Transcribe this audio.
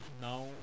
now